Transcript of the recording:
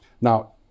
now